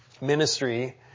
ministry